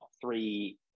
three